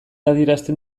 adierazten